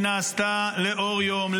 שנעשתה לאור יום,